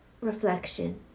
Reflection